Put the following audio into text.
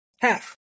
Half